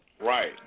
Right